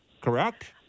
Correct